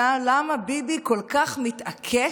למה ביבי כל כך מתעקש,